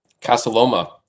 Casaloma